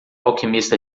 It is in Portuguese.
alquimista